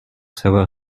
savoir